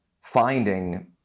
finding